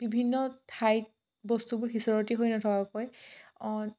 বিভিন্ন ঠাইত বস্তুবোৰ সিচঁৰতি হৈ নথকাকৈ অঁ